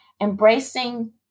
embracing